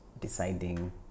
deciding